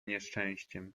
nieszczęściem